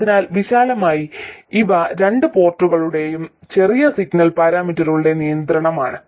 അതിനാൽ വിശാലമായി ഇവ രണ്ട് പോർട്ടുകളുടെയും ചെറിയ സിഗ്നൽ പാരാമീറ്ററുകളുടെ നിയന്ത്രണമാണ്